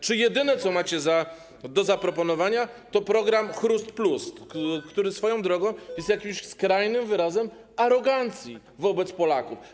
Czy jedyne, co macie do zaproponowania, to program chrust+, który swoją drogą jest jakimś skrajnym wyrazem arogancji wobec Polaków?